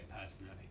personally